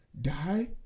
die